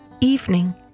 evening